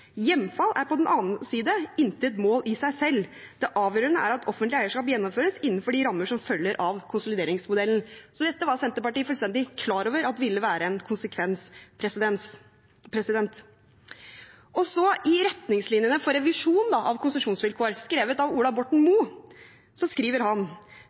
Hjemfall er på den annen side intet mål i seg selv. Det avgjørende er at offentlig eierskap gjennomføres innenfor de rammer som følger av konsolideringsmodellen.» Så dette var Senterpartiet fullstendig klar over ville være en konsekvens. I retningslinjene for revisjon av konsesjonsvilkår, skrevet av Ola Borten